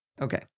Okay